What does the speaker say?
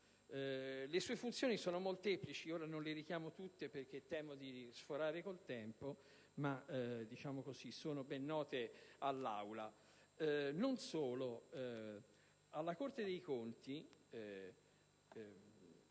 Le sue funzioni sono molteplici, ora non le richiamo tutte per non dilungarmi, ma sono ben note all'Aula. Non solo, ma alla Corte dei conti,